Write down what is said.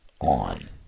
on